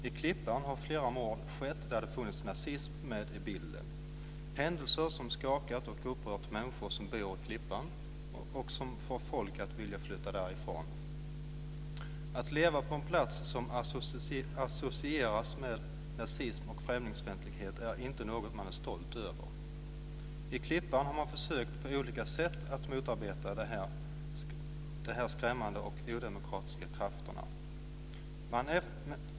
I Klippan har flera mord skett där det funnits nazism med i bilden, händelser som skakat och upprör människor som bor i Klippan och som får människor att vilja flytta därifrån. Att leva på en plats som associeras med nazism och främlingsfientlighet är inte något man är stolt över. I Klippan har man på olika sätt försökt att motarbeta de här skrämmande och odemokratiska krafterna.